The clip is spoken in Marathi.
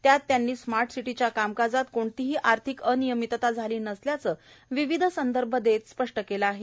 त्यात त्यांनी स्मार्ट सिटीच्या कामकाजात कोणतीही आर्थिक अनियमितता झाली नसल्याचं विविध संदर्भ देत स्पष्ट केलं आहे